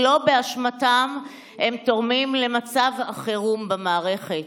שלא באשמתם הם תורמים למצב החירום במערכת,